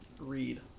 read